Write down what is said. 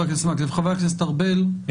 משה ארבל,